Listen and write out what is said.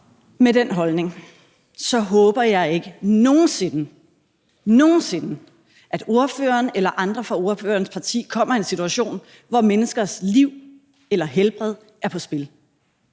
Med den holdning håber jeg ikke nogen sinde – nogen sinde – at ordføreren eller andre fra ordførerens parti kommer i en situation, hvor menneskers liv eller helbred er på spil.